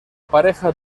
pareja